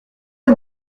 une